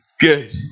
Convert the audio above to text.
good